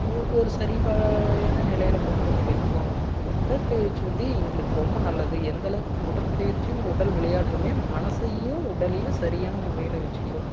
ஒ ஒரு சரி பாதி ஆன நிலையில் கொண்டுட்டு வந்து வைக்கும் உடற்பயிற்சி வந்து எங்களுக்கு ரொம்ப நல்லது எந்தளவுக்கு உடற்பயிற்சியும் உடல் விளையாட்டுமே மனதையும் உடலையும் சரியான முறையில் வைச்சுக்குவோம்